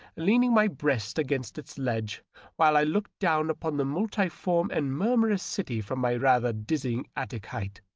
leaning my breast against its ledge while i looked down upon the multiform and murmurous city from my rather dizzy attic height.